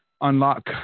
Unlock